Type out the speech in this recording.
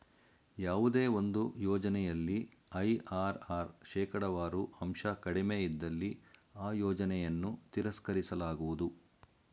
ಯಾವುದೇ ಒಂದು ಯೋಜನೆಯಲ್ಲಿ ಐ.ಆರ್.ಆರ್ ಶೇಕಡವಾರು ಅಂಶ ಕಡಿಮೆ ಇದ್ದಲ್ಲಿ ಆ ಯೋಜನೆಯನ್ನು ತಿರಸ್ಕರಿಸಲಾಗುವುದು